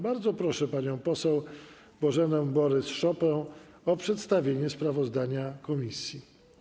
Bardzo proszę panią poseł Bożenę Borys-Szopę o przedstawienie sprawozdania komisji.